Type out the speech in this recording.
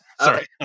sorry